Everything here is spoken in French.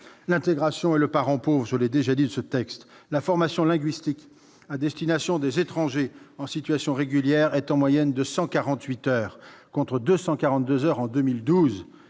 L'intégration est donc le parent pauvre de ce texte. La formation linguistique à destination des étrangers en situation régulière est en moyenne de 148 heures, contre 242 heures en 2012.